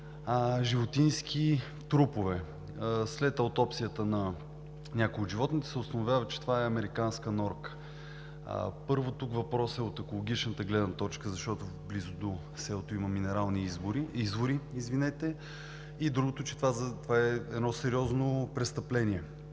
животински трупове. След аутопсията на някои от животните се установява, че това е американска норка. Въпросът ми е от екологична гледна точка, защото до селото има минерални извори и другото, че това е едно сериозно престъпление.